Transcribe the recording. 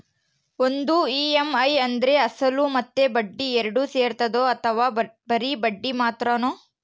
ಒಂದು ಇ.ಎಮ್.ಐ ಅಂದ್ರೆ ಅಸಲು ಮತ್ತೆ ಬಡ್ಡಿ ಎರಡು ಸೇರಿರ್ತದೋ ಅಥವಾ ಬರಿ ಬಡ್ಡಿ ಮಾತ್ರನೋ?